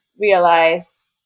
realize